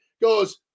goes